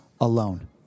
alone